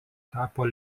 tapo